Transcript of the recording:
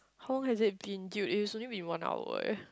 who has it been dude it's only been one hour eh